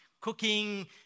cooking